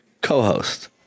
Co-host